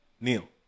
Neil